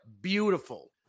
beautiful